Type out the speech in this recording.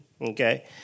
Okay